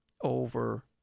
over